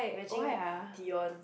imagine Dion